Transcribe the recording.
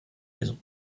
maison